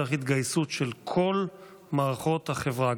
צריך התגייסות של כל מערכות החברה,